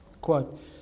Quote